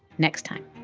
next time